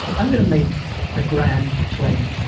i am going to make a grand claim.